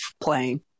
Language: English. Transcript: playing